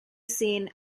seen